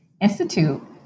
institute